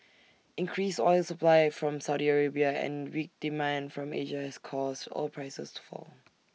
increased oil supply from Saudi Arabia and weak demand from Asia has caused oil prices to fall